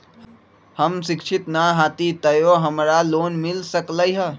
हम शिक्षित न हाति तयो हमरा लोन मिल सकलई ह?